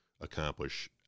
accomplish